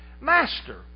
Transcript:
Master